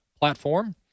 Platform